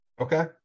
Okay